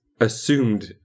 assumed